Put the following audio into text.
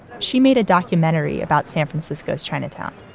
she made a documentary about san francisco's chinatown.